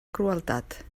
crueltat